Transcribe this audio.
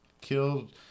killed